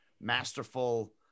masterful